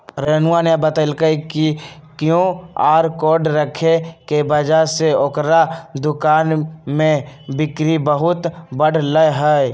रानूआ ने बतल कई कि क्यू आर कोड रखे के वजह से ओकरा दुकान में बिक्री बहुत बढ़ लय है